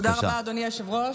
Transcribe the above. תודה רבה, אדוני היושב-ראש.